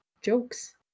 jokes